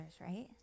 right